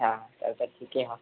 अच्छा तब त ठीके हँ